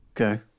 Okay